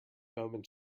moment